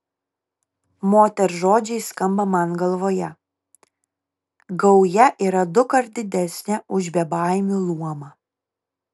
moters žodžiai skamba man galvoje gauja yra dukart didesnė už bebaimių luomą